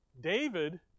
David